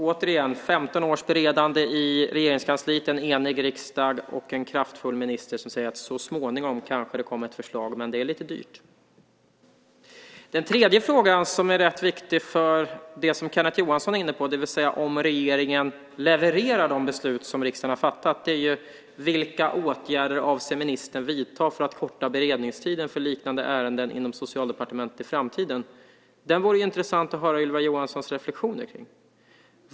Återigen ser vi 15 års beredning i Regeringskansliet, en enig riksdag och en kraftfull minister som säger att det kanske kommer ett förslag så småningom, men det är lite dyrt! Den tredje frågan, som är rätt viktig för det som Kenneth Johansson var inne på, alltså frågan huruvida regeringen levererar de beslut som riksdagen har fattat är: Vilka åtgärder avser ministern att vidta för att korta beredningstiden för liknande ärenden inom Socialdepartementet i framtiden? Det skulle vara intressant att höra Ylva Johanssons reflexioner om detta.